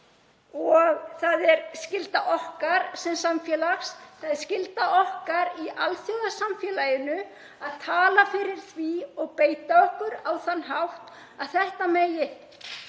Það er skylda okkar sem samfélags, skylda okkar í alþjóðasamfélaginu að tala fyrir því og beita okkur á þann hátt að þetta megi